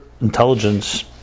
intelligence